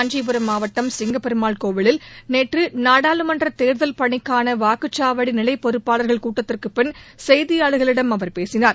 காஞ்சிபுரம் மாவட்டம் சிங்கப்பெருமாள் கோவிலில் நேற்று நாடாளுமன்ற தேர்தல் பணிக்கான வாக்குச்சாவடி நிலை பொறுப்பாளர்கள் கூட்டத்திற்குப் பின் செய்தியாளர்களிடம் அவர் பேசினார்